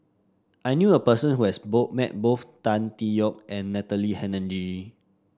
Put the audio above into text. I knew a person who has met both Tan Tee Yoke and Natalie Hennedige